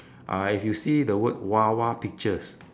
uh if you see the word wawa pictures